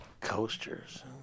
Coasters